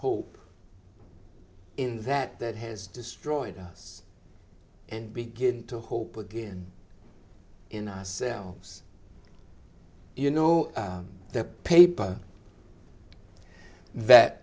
hope in that that has destroyed us and begin to hope again in ourselves you know the paper that